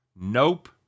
Nope